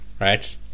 Right